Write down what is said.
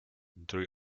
three